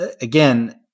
again